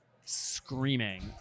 screaming